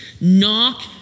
knock